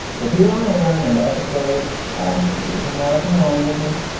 but here i am in the episode on native american languages.